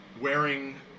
wearing